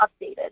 updated